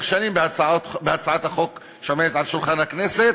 שנים בהצעת החוק שעומדת על שולחן הכנסת,